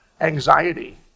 anxiety